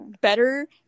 better